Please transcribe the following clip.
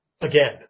again